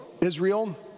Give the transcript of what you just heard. Israel